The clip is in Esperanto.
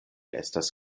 estas